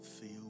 feel